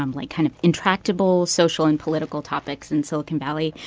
um like, kind of intractable social and political topics in silicon valley,